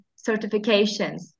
certifications